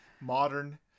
modern